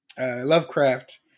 Lovecraft